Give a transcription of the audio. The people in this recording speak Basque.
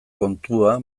kontua